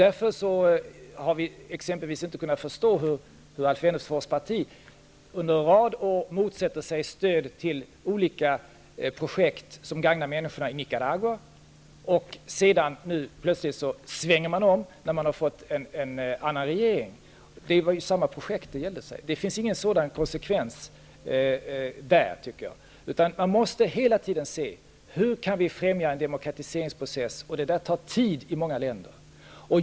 Därför har vi inte kunnat förstå exempelvis hur Alf Wennerfors parti under en rad år motsätter sig stöd till olika projekt som gagnar människorna i Nicaragua nu plötsligt svänger om, när landet har fått en annan regering. Det är ju samma projekt det gäller. Det finns ingen konsekvens i ert handlande, tycker jag. Man måste hela tiden se till hur vi kan främja en demokratiseringsprocess, och en sådan tar tid i många länder.